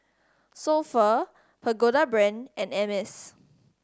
So Pho Pagoda Brand and Hermes